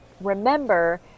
remember